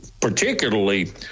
particularly